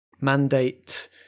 mandate